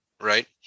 right